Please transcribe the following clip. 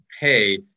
pay